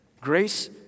Grace